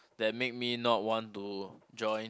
that make me not want to join